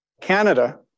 Canada